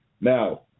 Now